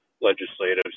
legislative